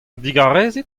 digarezit